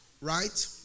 right